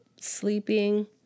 sleeping